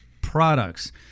products